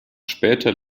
später